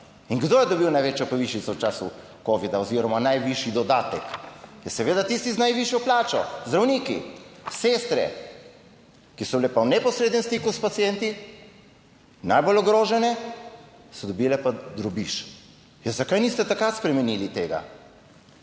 In kdo je dobil največjo povišico v času covida oziroma najvišji dodatek? Ja, seveda tisti z najvišjo plačo zdravniki, sestre, ki so bile pa v neposrednem stiku s pacienti, najbolj ogrožene so dobile pa drobiž. Ja, zakaj niste takrat spremenili tega?